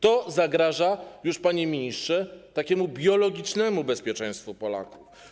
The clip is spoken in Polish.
To zagraża już, panie ministrze, takiemu biologicznemu bezpieczeństwu Polaków.